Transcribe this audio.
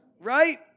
Right